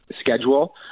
schedule